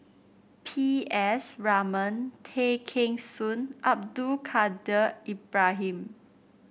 P S Raman Tay Kheng Soon Abdul Kadir Ibrahim